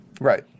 Right